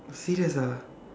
serious ah